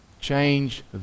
Change